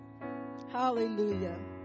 Hallelujah